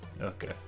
Okay